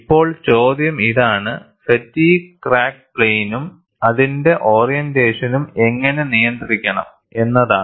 ഇപ്പോൾ ചോദ്യം ഇതാണ് ഫാറ്റിഗ്ഗ് ക്രാക്ക് പ്ലെയിനും അതിന്റെ ഓറിയന്റേഷനും എങ്ങനെ നിയന്ത്രിക്കണം എന്നതാണ്